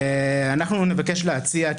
נבקש להציע,